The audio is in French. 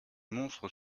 monstres